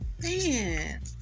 man